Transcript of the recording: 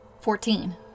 Fourteen